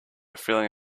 feeling